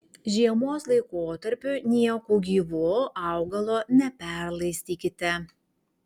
žiemos laikotarpiu nieku gyvu augalo neperlaistykite